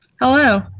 hello